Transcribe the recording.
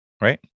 right